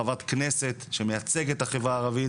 חברת כנסת שמייצגת את החברה הערבית,